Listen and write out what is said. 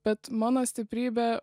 bet mano stiprybė